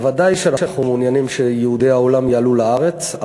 ודאי שאנחנו מעוניינים שיהודי העולם יעלו לארץ,